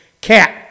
cat